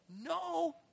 No